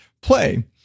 play